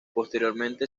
posteriormente